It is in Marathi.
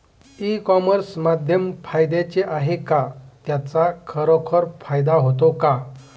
ई कॉमर्स माध्यम फायद्याचे आहे का? त्याचा खरोखर फायदा होतो का?